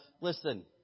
Listen